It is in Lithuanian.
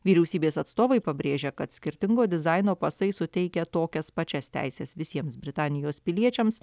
vyriausybės atstovai pabrėžia kad skirtingo dizaino pasai suteikia tokias pačias teises visiems britanijos piliečiams